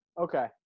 okay